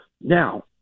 Now